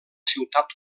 ciutat